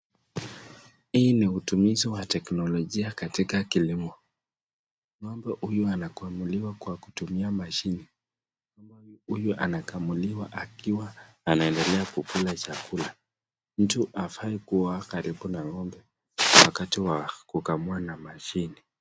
Hii ni utumizi wa teknolojia katika kilimo, ng'ombe huyu anakamuliwa kwa kutumia mashini ,huyu anakamuliwa akiwa anaendelea kukula chakula. Mtu hafai kuwa karibu na ng'ombe wakati wa kukamua na mashini.